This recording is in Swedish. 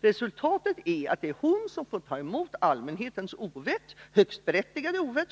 Resultatet blir att det är hon som får ta emot allmänhetens ovett — för all del högst berättigade ovett